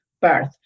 birth